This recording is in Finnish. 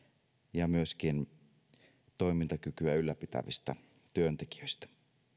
ja myöskin toimintakykyä ylläpitävistä työntekijöistä